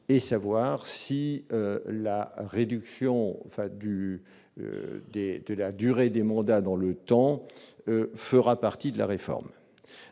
et savoir si la réduction fin du de la durée des mandats dans le temps, fera partie de la réforme,